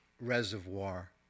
reservoir